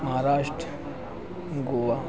Maharashtra Goa